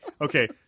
Okay